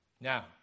Now